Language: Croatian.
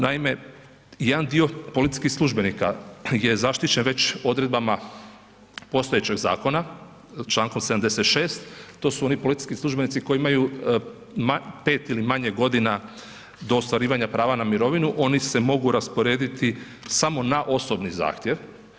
Naime, jedan dio policijskih službenika je zaštićen već odredbama postojećeg zakona Člankom 76. to su oni policijski službenici koji imaju 5 ili manje godine, do ostvarivanja prava na mirovinu, oni se mogu rasporediti samo na osobni zahtjev.